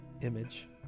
image